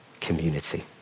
community